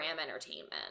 Entertainment